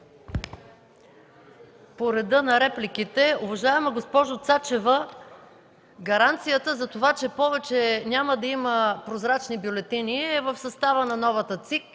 По реда на репликите. Уважаема госпожо Цачева, гаранцията за това, че повече няма да има прозрачни бюлетини, е в състава на новата